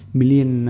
million